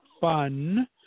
fun